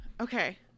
Okay